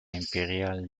impériale